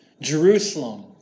Jerusalem